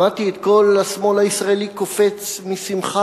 שמעתי את כל השמאל הישראלי קופץ משמחה